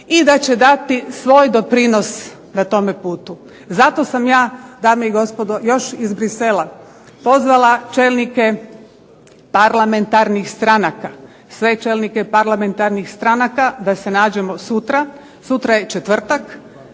i da će dati svoj doprinos na tome putu. Zato sam ja dame i gospodo još iz Bruxellesa pozvala čelnike parlamentarnih stranaka, sve čelnike parlamentarnih stranaka da se nađemo sutra. Sutra je četvrtak,